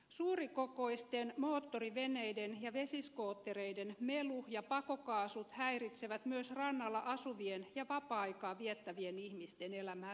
suurikokoisten moottoriveneiden ja vesiskoottereiden melu ja pakokaasut häiritsevät myös rannalla asuvien ja vapaa aikaa viettävien ihmisten elämää suuresti